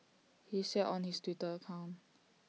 he said on his Twitter account